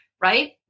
right